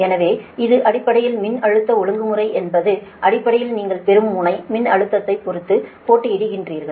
எனவே இது அடிப்படையில் மின்னழுத்த ஒழுங்கு முறை என்பது அடிப்படையில் நீங்கள் பெறும் முனை மின்னழுத்தத்தைப் பொறுத்து போட்டியிடுகிறீர்கள்